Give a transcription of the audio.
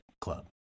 club